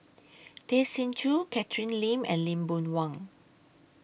Tay Chin Joo Catherine Lim and Lee Boon Wang